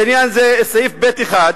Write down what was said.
בעניין זה, סעיף 6ב(ב)(1):